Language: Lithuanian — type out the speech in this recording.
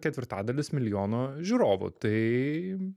ketvirtadalis milijono žiūrovų tai